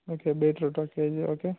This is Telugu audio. ఓకే బీట్రూట్ ఒక కేజీ ఓకే